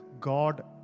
God